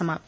समाप्त